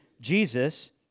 Jesus